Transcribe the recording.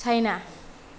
China